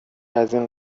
ازاین